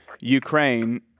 ukraine